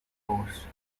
force